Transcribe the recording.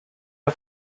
are